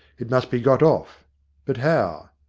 it must be got off but how?